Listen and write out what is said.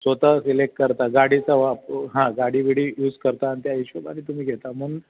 स्वत सिलेक् करता गाडीचा वापं हां गाडी बिडी यूस करता आणि त्या हिशोबाने तुम्ही घेता म्हणून